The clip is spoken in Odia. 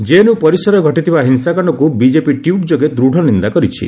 ଜେଏନ୍ୟୁ ପରିସରରେ ଘଟିଥିବା ହିଂସାକାଣ୍ଡକୁ ବିକେପି ଟ୍ୱିଟ୍ ଯୋଗେ ଦୃଢ଼ ନିନ୍ଦା କରିଛି